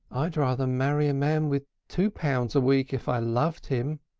i'd rather marry a man with two pounds a week if i loved him,